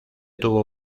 tuvo